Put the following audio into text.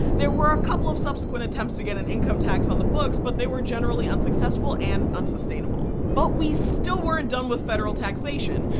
there were a couple of subsequent attempts to get an income tax on the books but they were generally unsuccessful and unsustainable. but we still weren't done with federal taxation.